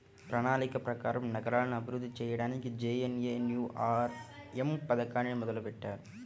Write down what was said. ప్రణాళిక ప్రకారం నగరాలను అభివృద్ధి చెయ్యడానికి జేఎన్ఎన్యూఆర్ఎమ్ పథకాన్ని మొదలుబెట్టారు